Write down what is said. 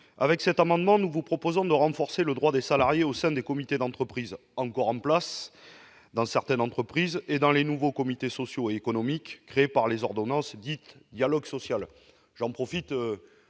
Avec cet amendement, nous vous proposons de renforcer les droits des salariés au sein des comités d'entreprise encore en place dans certaines entreprises et dans les nouveaux comités sociaux et économiques, les CSE, créés par les ordonnances dites « dialogue social ». Je rencontre